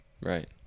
Right